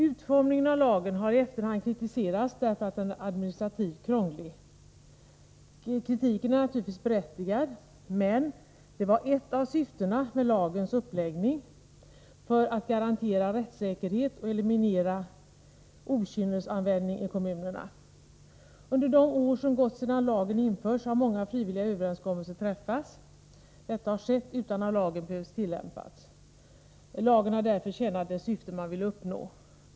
Utformningen av lagen har i efterhand kritiserats därför att den är administrativt krånglig. Kritiken är naturligtvis berättigad. Men ett av syftena med lagens uppläggning var att garantera rättssäkerhet och eliminera okynnesanvändning i kommunerna. Under de år som har gått sedan lagen infördes har många frivilliga överenskommelser träffats. Detta har skett utan att lagen har behövt tillämpas. Lagen har därför tjänat det syfte som man ville uppnå.